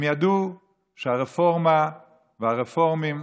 הם ידעו שהרפורמה והרפורמים,